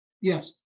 Yes